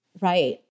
Right